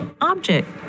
object